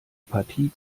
partie